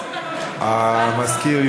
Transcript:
יש